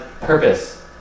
purpose